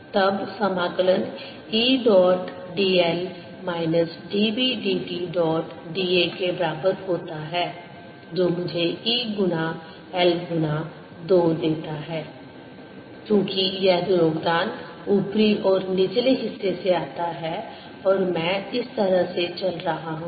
तब समाकलन E dot d l minus d B d t dot d a के बराबर होता है जो मुझे E गुना l गुना 2 देता है क्योंकि यह योगदान ऊपरी और निचले हिस्से से आता है और मैं इस तरह से चल रहा हूं